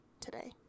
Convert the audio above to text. today